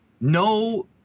No